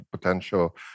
potential